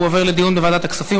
והוא עובר לדיון בוועדת הכספים.